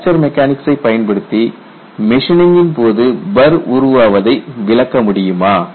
கேள்வி பிராக்சர் மெக்கானிக்ஸ்சை பயன்படுத்தி மெஷின்ங்கின் போது பர் உருவாவதை விளக்க முடியுமா